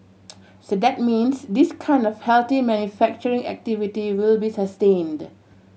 so that means this kind of healthy manufacturing activity will be sustained